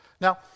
Now